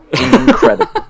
incredible